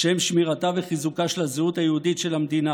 לשם שמירתה וחיזוקה של הזהות היהודית של המדינה